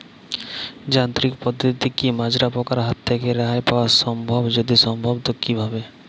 যান্ত্রিক পদ্ধতিতে কী মাজরা পোকার হাত থেকে রেহাই পাওয়া সম্ভব যদি সম্ভব তো কী ভাবে?